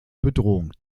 bedrohung